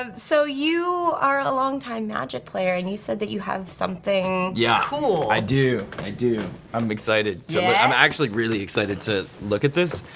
um so you are a long time magic player and you said that you have something yeah cool. i do, i do. i'm excited, i'm actually really excited to look at this.